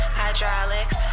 hydraulics